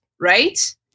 Right